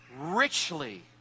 richly